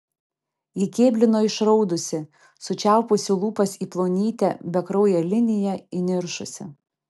ji kėblino išraudusi sučiaupusi lūpas į plonytę bekrauję liniją įniršusi